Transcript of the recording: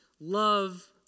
love